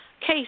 case